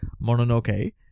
Mononoke